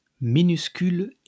Minuscule